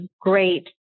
great